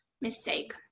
mistake